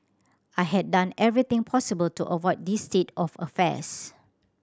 I had done everything possible to avoid this state of affairs